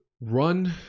run